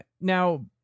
Now